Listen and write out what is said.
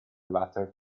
latter